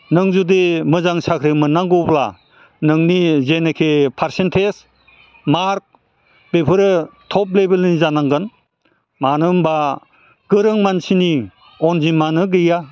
नों जुदि मोजां साख्रि मोननांगौब्ला नोंनि जेनोखि पारसेनटेज मार्क बेफोरो टप लेभेलनि जानांगोन मानो होम्बा गोरों मानसिनि अन्जिमानो गैया